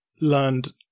learned